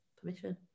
permission